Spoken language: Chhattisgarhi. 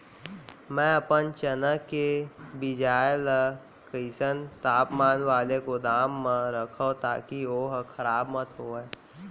मैं अपन चना के बीजहा ल कइसन तापमान वाले गोदाम म रखव ताकि ओहा खराब मत होवय?